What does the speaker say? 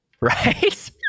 right